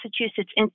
Massachusetts